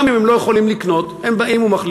גם אם הם לא יכולים לקנות, הם באים ומחליפים.